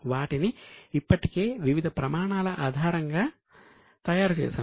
వాటిని ఇప్పటికే వివిధ ప్రమాణాల ఆధారంగా తయారు చేసాము